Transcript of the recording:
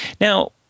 Now